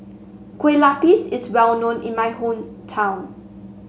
Kueh Lupis is well known in my hometown